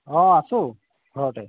অঁ আছো ঘৰতে